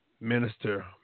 Minister